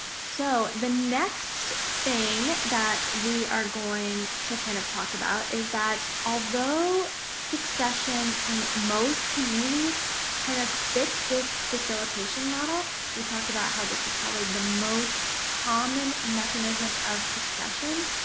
so the next thing that we are going to kind of talk about is that although succession in most communities kind of fits this facilitation model. we talked about how this is probably the most common mechanism of succession,